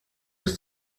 bis